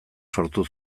sortu